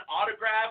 autograph